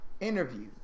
interview